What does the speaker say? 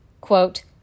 Quote